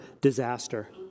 disaster